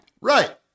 Right